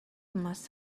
must